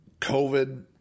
covid